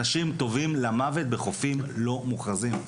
אנשים טובעים למוות בחופים לא מוכרזים.